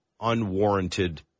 unwarranted